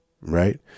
right